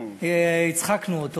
הצחקנו אותו,